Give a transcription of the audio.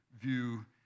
view